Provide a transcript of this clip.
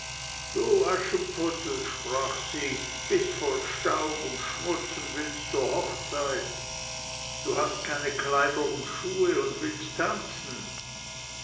du aschenputtel sprach sie bist voll staub und schmutz und willst zur hochzeit du hast keine kleider und schuhe und willst tanzen